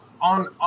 on